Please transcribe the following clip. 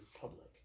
public